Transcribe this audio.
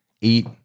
Eat